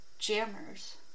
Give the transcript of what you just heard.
Jammers